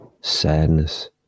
sadness